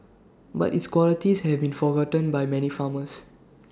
but its qualities have been forgotten by many farmers